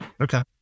Okay